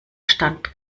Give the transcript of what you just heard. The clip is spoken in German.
stand